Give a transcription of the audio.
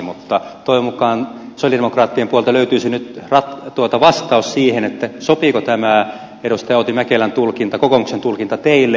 mutta toivon mukaan sosialidemokraattien puolelta löytyisi nyt vastaus siihen sopiiko tämä edustaja outi mäkelän tulkinta kokoomuksen tulkinta teille